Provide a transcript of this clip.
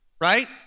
right